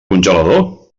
congelador